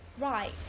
Right